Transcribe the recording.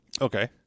okay